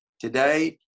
Today